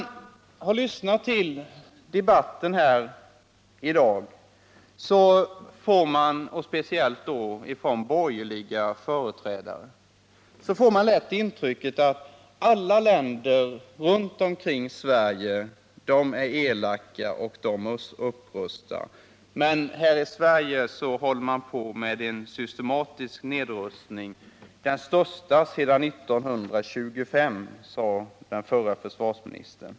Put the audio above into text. Av debatten här i dag, och speciellt av den som förs av de borgerliga företrädarna, får man lätt intrycket att alla våra grannländer är elaka och rustar. Men här i Sverige håller vi på med en systematisk nedrustning, som är den största sedan 1925, enligt vår förre försvarsminister.